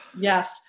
yes